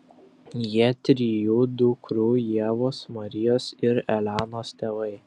jie trijų dukrų ievos marijos ir elenos tėvai